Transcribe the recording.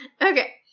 Okay